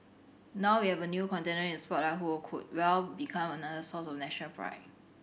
now we have a new contender in the spotlight who could well become another source of national pride